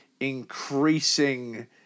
increasing